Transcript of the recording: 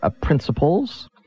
principles